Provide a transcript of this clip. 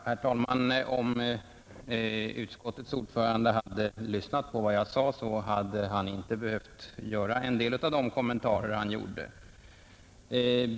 Herr talman! Om utskottets ordförande hade lyssnat på vad jag sade, hade han inte behövt göra en del av de kommentarer han gjorde.